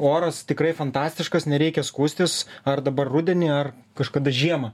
oras tikrai fantastiškas nereikia skųstis ar dabar rudenį ar kažkada žiemą